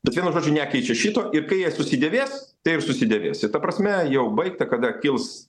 bet vienu žodžiu nekeičia šito ir kai jie susidėvės tai ir susidėvės ir ta prasme jau baigta kada kils